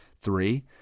Three